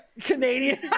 Canadian